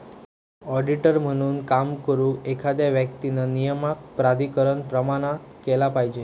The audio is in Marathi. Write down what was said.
ऑडिटर म्हणून काम करुक, एखाद्या व्यक्तीक नियामक प्राधिकरणान प्रमाणित केला पाहिजे